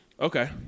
Okay